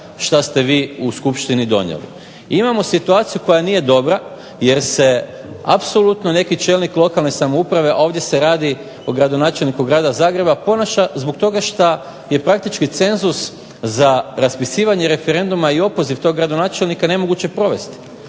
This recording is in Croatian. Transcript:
što ste vi u skupštini donijeli. I imamo situaciju koja nije dobra jer se apsolutno neki čelnik lokalne samouprave, ovdje se radi o gradonačelniku Grada Zagreba, ponaša zbog toga što je praktički cenzus za raspisivanje referenduma i opoziv tog gradonačelnika nemoguće provesti.